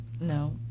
no